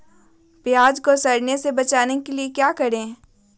प्याज को सड़ने से बचाने के लिए क्या करें?